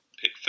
pick